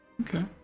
Okay